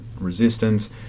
resistance